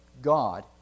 God